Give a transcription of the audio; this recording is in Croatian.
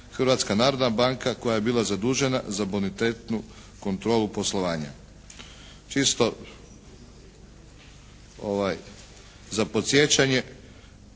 Hrvatska narodna banka koja je bila zadužena za bonitetnu kontrolu poslovanja. Čisto za podsjećanje.